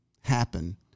happen